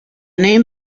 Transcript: name